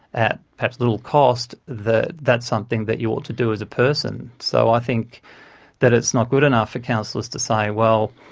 at perhaps little cost, that that's something that you ought to do as a person, so i think that it's not good enough for counsellors to say, well,